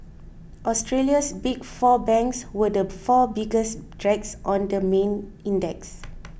Australia's Big Four banks were the four biggest drags on the main index